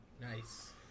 Nice